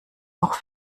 auch